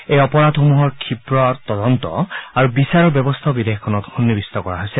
এই অপৰাধসমূহৰ ক্ষীপ্ৰ তদন্ত আৰু বিচাৰৰ ব্যৱস্থাও বিধেয়কখনত সন্নিৱিষ্ট কৰা হৈছে